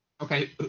Okay